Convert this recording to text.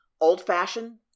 old-fashioned